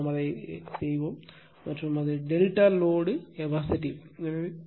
நாம் அதை செய்வோம் மற்றும் அது டெல்டா லோடு கெப்பாசிட்டிவ்